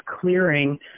clearing